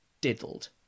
diddled